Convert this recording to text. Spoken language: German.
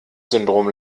syndrom